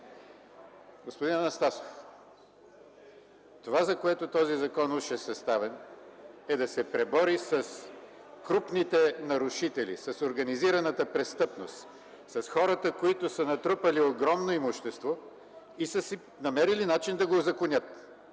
Господин Анастасов, това, за което този закон уж е съставен, е да се пребори с крупните нарушители, с организираната престъпност, с хората, които са натрупали огромно имущество и са намерили начин да го узаконят.